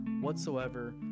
whatsoever